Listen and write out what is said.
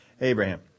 Abraham